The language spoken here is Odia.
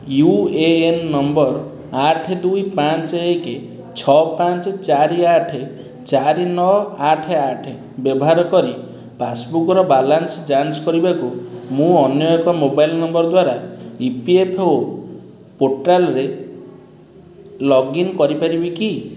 ୟୁ ଏ ଏନ୍ ନମ୍ବର ଆଠ ଦୁଇ ପାଞ୍ଚ ଏକ ଛଅ ପାଞ୍ଚ ଚାରି ଆଠ ଚାରି ନଅ ଆଠ ଆଠ ବ୍ୟବହାର କରି ପାସ୍ବୁକ୍ର ବାଲାନ୍ସ ଯାଞ୍ଚ କରିବାକୁ ମୁଁ ଅନ୍ୟ ଏକ ମୋବାଇଲ ନମ୍ବର ଦ୍ଵାରା ଇ ପି ଏଫ୍ ଓ ପୋର୍ଟାଲ୍ରେ ଲଗ୍ ଇନ୍ କରିପାରିବି କି